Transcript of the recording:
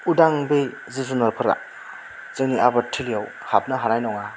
उदां बे जिब जिनारफोरा जोंनि आबाद थिलियाव हाबनो हानाय नङा